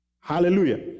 Hallelujah